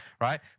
right